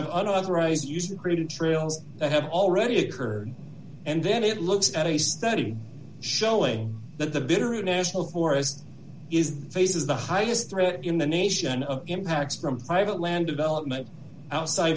authorize using pretty trails that have already occurred and then it looks at a study showing that the bitterroot national forest is faces the highest threat in the nation of impacts from private land development outside